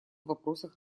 вопросах